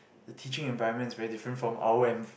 the teaching environment is very different from our env~